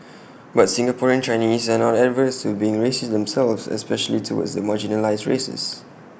but Singaporean Chinese are not averse to being racist themselves especially towards the marginalised races